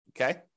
okay